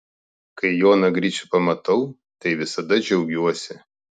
kai joną gricių pamatau tai visada džiaugiuosi